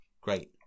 great